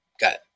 got